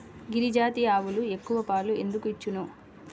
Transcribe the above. గిరిజాతి ఆవులు ఎక్కువ పాలు ఎందుకు ఇచ్చును?